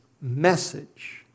message